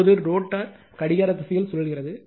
இப்போது ரோட்டார் கடிகார திசையில் சுழல்கிறது